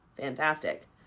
Fantastic